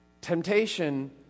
Temptation